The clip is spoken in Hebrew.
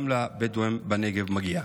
גם לבדואים בנגב מגיע.